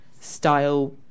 style